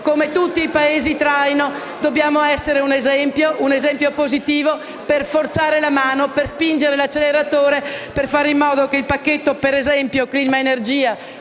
come tutti i Paesi traino, dobbiamo essere un esempio positivo per forzare la mano, per spingere l'acceleratore, per fare in modo che il pacchetto clima-energia